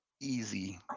easy